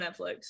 Netflix